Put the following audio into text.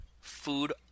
food